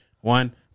one